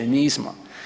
Nismo.